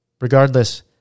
Regardless